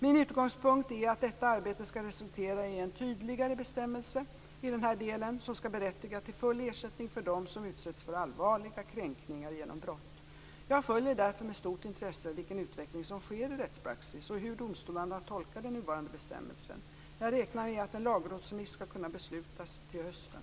Min utgångspunkt är att detta arbete skall resultera i en tydligare bestämmelse i denna del som skall berättiga till full ersättning för dem som utsätts för allvarliga kränkningar genom brott. Jag följer därför med stort intresse vilken utveckling som sker i rättspraxis och hur domstolarna tolkar den nuvarande bestämmelsen. Jag räknar med att en lagrådsremiss skall kunna beslutas till hösten.